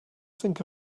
think